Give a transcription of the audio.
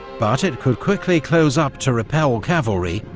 but it could quickly close up to repel cavalry,